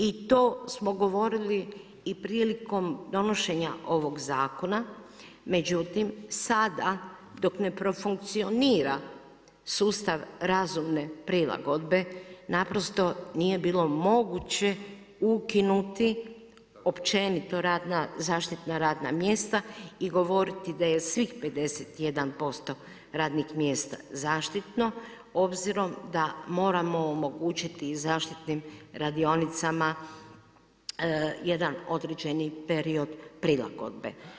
I to smo govorili i prilikom donošenja ovog zakona, međutim, sada dok ne profunkcionira sustav razumne prilagodbe naprosto nije bilo moguće ukinuti općenito zaštitna radna mjesta i govoriti da je svih 51% radnih mjesta zaštitno obzirom da moramo omogućiti i zaštitnim radionicama jedan određeni period prilagodbe.